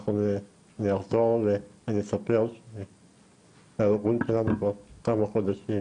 אני אחזור ואני אספר שהארגון שלנו כבר כמה חודשים